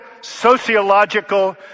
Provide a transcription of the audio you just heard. sociological